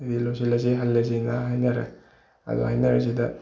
ꯑꯗꯨꯗꯤ ꯂꯣꯏꯁꯤꯜꯂꯁꯤ ꯍꯜꯂꯁꯦꯅ ꯍꯥꯏꯅꯔꯦ ꯑꯗꯨ ꯍꯥꯏꯅꯕꯁꯤꯗ